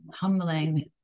humbling